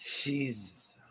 Jesus